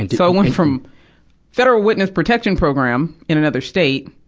and so i went from federal witness protection program in another state,